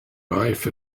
life